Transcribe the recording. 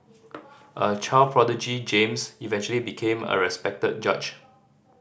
a child prodigy James eventually became a respected judge